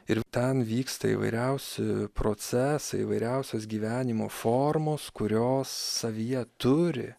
ir ten vyksta įvairiausi procesai įvairiausios gyvenimo formos kurios savyje turi